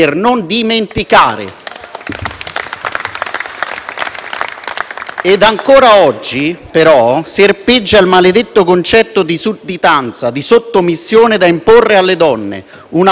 Ancora oggi serpeggia il maledetto concetto di sudditanza, di sottomissione da imporre alle donne; una sottomissione che nasce da una cultura ignorante, cattiva,